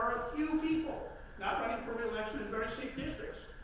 assume that for reelection, in very safe districts,